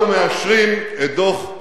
אנחנו מאשרים את דוח,